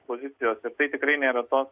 pozicijos ir tai tikrai nėra tos